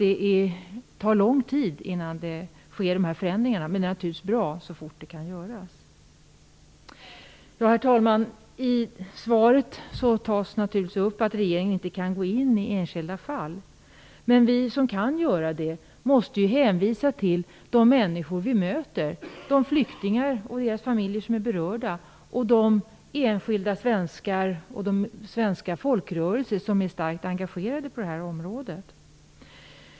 Det tar lång tid innan förändringar sker, men det är naturligtvis bra så fort det sker. Herr talman! I svaret tas upp att regeringen inte kan gå in på enskilda fall. Vi som kan göra det måste hänvisa till de människor vi möter, de flyktingar och deras familjer som är berörda och de enskilda svenskar och svenska folkrörelser som är starkt engagerade på det här området.